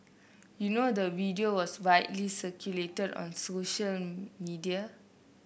you know the video was widely circulated on social media